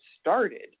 started